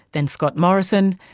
then scott morrison,